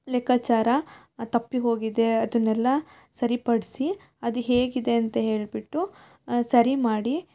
ಲೆಕ್ಕಾಚಾರ ತಪ್ಪಿ ಹೋಗಿದೆ ಅದನ್ನೆಲ್ಲ ಸರಿಪಡಿಸಿ ಅದು ಹೇಗಿದೆ ಅಂತ ಹೇಳಿಬಿಟ್ಟು ಸರಿ ಮಾಡಿ